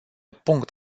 punct